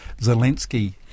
Zelensky